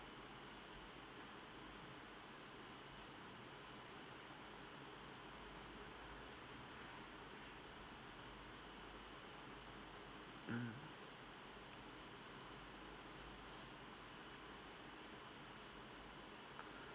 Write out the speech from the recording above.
mm